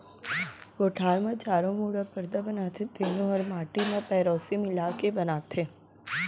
कोठार म चारों मुड़ा परदा बनाथे तेनो हर माटी म पेरौसी मिला के बनाथें